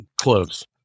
Close